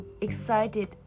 excited